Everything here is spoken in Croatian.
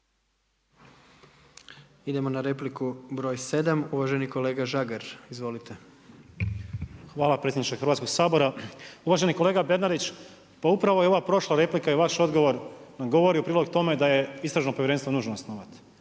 Idemo na repliku broj sedam. Uvaženi kolega Žagar. Izvolite. **Žagar, Tomislav (Nezavisni)** Hvala predsjedniče Hrvatskog sabora. Uvaženi kolega Bernardić, pa upravo je ova prošla replika i vaš odgovor nam govori u prilog tome da je istražno povjerenstvo nužno osnovati.